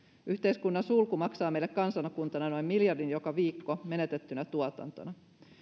yhteiskunnan sulku maksaa meille kansakuntana noin miljardin joka viikko menetettynä tuotantona